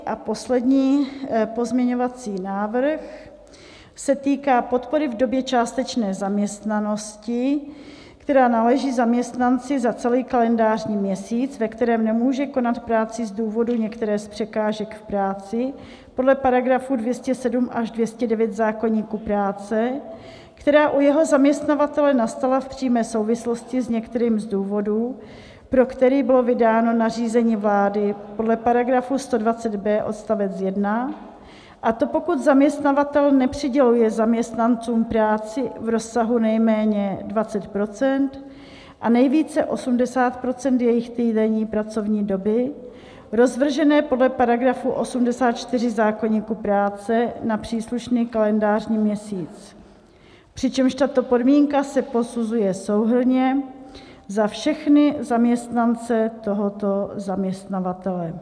A můj čtvrtý a poslední pozměňovací návrh se týká podpory v době částečné zaměstnanosti, která náleží zaměstnanci za celý kalendářní měsíc, ve kterém nemůže konat práci z důvodu některé z překážek v práci podle § 207 až 209 zákoníku práce, která u jeho zaměstnavatele nastala v přímé souvislosti s některým z důvodů, pro který bylo vydáno nařízení vlády podle § 120b odst. 1, a to pokud zaměstnavatel nepřiděluje zaměstnancům práci v rozsahu nejméně 20 % a nejvíce 80 % z jejich týdenní pracovní doby rozvržené podle § 84 zákoníku práce na příslušný kalendářní měsíc, přičemž tato podmínka se posuzuje souhrnně za všechny zaměstnance tohoto zaměstnavatele.